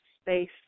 space